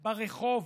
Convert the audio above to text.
ברחוב,